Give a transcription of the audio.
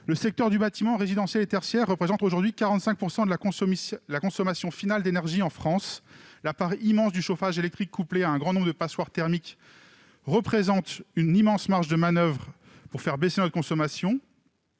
Le secteur du bâtiment, résidentiel et tertiaire, représente aujourd'hui 45 % de la consommation finale d'énergie en France. La part immense du chauffage électrique, couplée à une grande quantité de passoires thermiques, représente une immense marge de manoeuvre pour faire baisser notre consommation